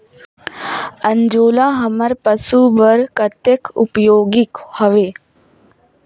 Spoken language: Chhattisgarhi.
अंजोला हमर पशु बर कतेक उपयोगी हवे?